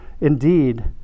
Indeed